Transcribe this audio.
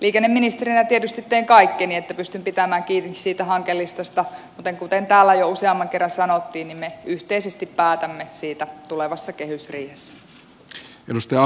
liikenneministerinä tietysti teen kaikkeni että pystyn pitämään kiinni siitä hankelistasta mutta kuten täällä jo useamman kerran sanottiin me yhteisesti päätämme siitä tulevassa kehysriihessä